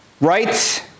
rights